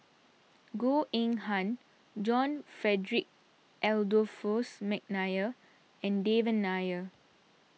Goh Eng Han John Frederick Adolphus McNair and Devan Nair